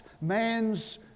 man's